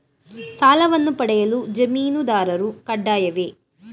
ಸಾಲವನ್ನು ಪಡೆಯಲು ಜಾಮೀನುದಾರರು ಕಡ್ಡಾಯವೇ?